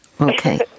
Okay